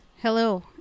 Hello